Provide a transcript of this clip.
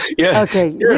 Okay